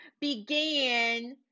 began